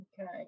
Okay